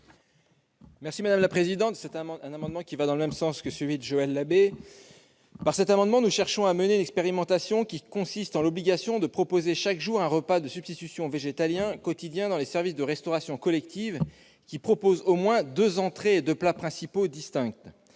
M. Guillaume Gontard. Cet amendement va dans le même sens que celui de Joël Labbé. Nous cherchons à mener une expérimentation consistant en l'obligation de proposer, chaque jour, un repas de substitution végétalien quotidien dans les services de restauration collective qui propose au moins deux entrées et deux plats principaux distincts.